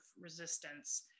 resistance